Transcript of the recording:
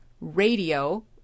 radio